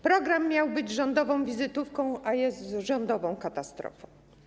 Program miał być rządową wizytówką, a jest rządową katastrofą.